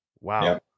Wow